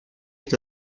est